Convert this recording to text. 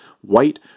white